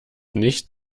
nicht